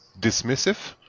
dismissive